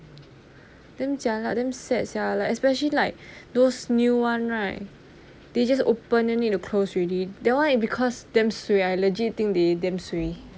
damn jialat damn sad sia like especially like those new one right they just opened then need to close already that one is because them suay I legit think they damn suay